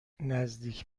نزدیک